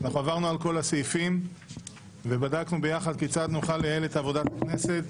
עברנו על כל הסעיפים ובדקנו ביחד כיצד נוכל לייעל את עבודת הכנסת,